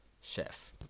Chef